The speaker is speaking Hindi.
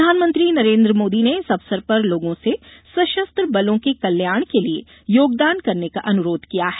प्रधानमंत्री नरेन्द्र मोदी ने इस अवसर पर लोगों से सशस्त्र बलों के कल्याण के लिए योगदान करने का अनुरोध किया है